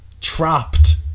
trapped